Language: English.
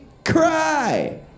Cry